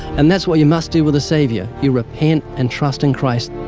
and that's what you must do with the savior. you repent and trust in christ.